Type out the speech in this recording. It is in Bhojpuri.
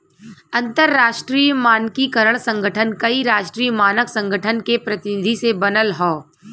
अंतरराष्ट्रीय मानकीकरण संगठन कई राष्ट्रीय मानक संगठन के प्रतिनिधि से बनल हौ